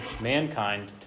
mankind